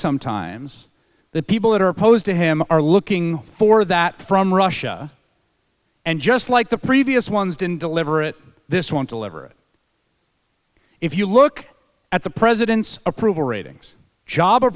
sometimes that people that are opposed to him are looking for that from russia and just like the previous ones didn't deliver it this want to leverage if you look at the president's approval ratings job